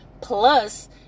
plus